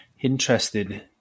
interested